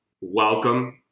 welcome